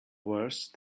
worse